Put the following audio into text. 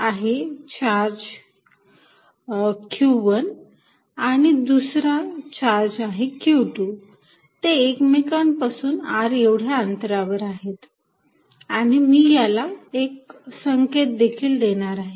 तर येथे चार्ज आहे q1 आणि येथे एक दुसरा चार्ज आहे q2 ते एकमेकांपासून r एवढ्या अंतरा वर आहेत आणि मी याला एक संकेत देखील देणार आहे